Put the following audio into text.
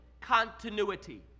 continuity